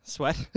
Sweat